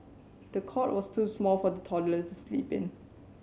the cot was too small for the toddler to sleep in